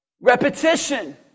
Repetition